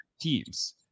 teams